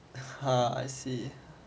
ah I see